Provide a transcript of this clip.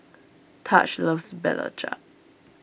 Tahj loves Belacan